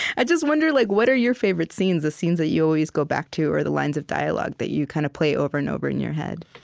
i just wonder, like what are your favorite scenes the scenes that you always go back to, or the lines of dialogue that you kind of play over and over in your head?